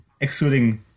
excluding